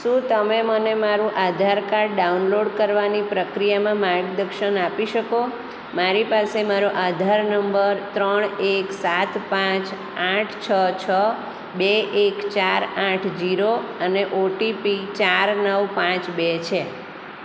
શું તમે મને મારું આધાર કાર્ડ ડાઉનલોડ કરવાની પ્રક્રિયામાં માર્ગદર્શન આપી શકો મારી પાસે મારો આધાર નંબર ત્રણ એક સાત પાંચ આઠ છ છ બે એક ચાર આઠ જીરો અને ઓટીપી ચાર નવ પાંચ બે છે